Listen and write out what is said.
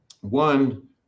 One